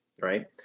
right